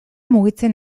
mugitzen